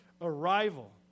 arrival